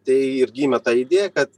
tai ir gimė ta idėja kad